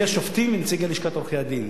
שופטים ונציגי לשכת עורכי-הדין.